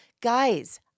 Guys